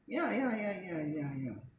yeah yeah yeah yeah yeah yeah